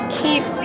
keep